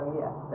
yes